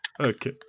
Okay